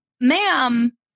ma'am